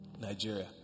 nigeria